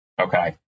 Okay